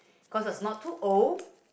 cause it's not too old